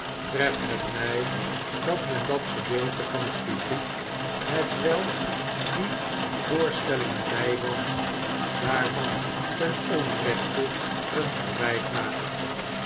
treft het my dat men dat gedeelte van het publiek hetwelk die voorstellingen bywoont daarvan ten onrechte een verwijt maakt